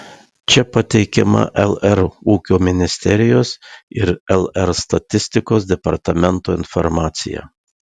čia pateikiama lr ūkio ministerijos ir lr statistikos departamento informacija